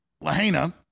Lahaina